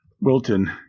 Wilton